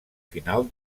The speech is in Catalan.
final